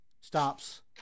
stops